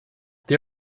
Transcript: they